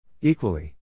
Equally